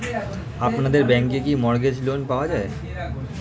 আপনাদের ব্যাংকে কি মর্টগেজ লোন পাওয়া যায়?